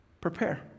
Prepare